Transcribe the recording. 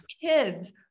kids